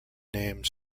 named